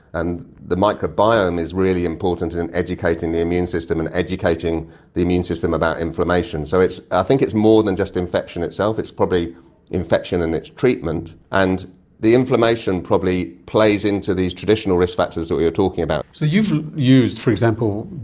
and the microbiome is really important in educating the immune system and educating the immune system about inflammation. so i think it's more than just infection itself, it's probably infection and its treatment. and the inflammation probably plays into these traditional risk factors that we are talking about. so you've used, for example,